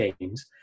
games